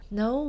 no